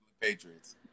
Patriots